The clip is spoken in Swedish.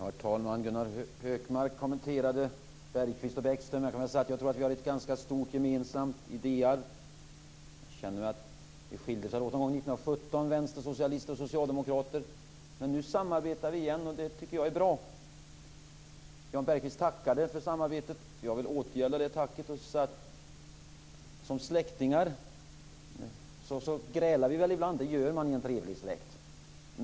Herr talman! Gunnar Hökmark kommenterade Bergqvist och Bäckström. Vi har ett ganska stort gemensamt idéarv. Det skilde sig åt 1917 i vänstersocialister och socialdemokrater. Nu samarbetar vi igen, och det tycker jag är bra. Jan Bergqvist tackade för det samarbetet, och jag vill återgälda tacket. Som "släktingar" grälar vi ibland. Det gör man i en trevlig släkt.